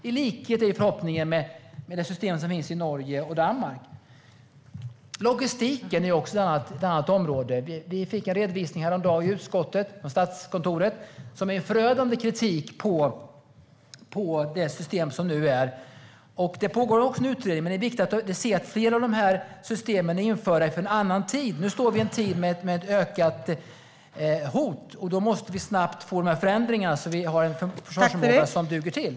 Min förhoppning är att det kan bli något i likhet med det system som finns i Norge och Danmark. Logistiken är ett annat område. Vi fick en redovisning häromdagen i utskottet från Statskontoret som innebar en förödande kritik mot det system som nu finns. Det pågår en utredning också om detta, och det är viktigt att se att flera av dessa system infördes under en annan tid. Nu står vi i en tid med ett ökat hot, och då måste vi snabbt få förändringar så att vi har en försvarsförmåga som duger till.